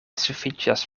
sufiĉas